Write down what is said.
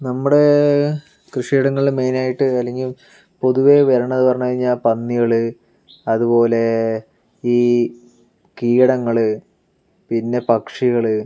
നമ്മുടെ കൃഷിയിടങ്ങൾ മെയിനായിട്ട് അല്ലെങ്കിൽ പൊതുവെ വരണത് എന്ന് പറഞ്ഞു കഴിഞ്ഞാൽ പന്നികൾ അതുപോലെ ഈ കീടങ്ങൾ പിന്നെ പക്ഷികൾ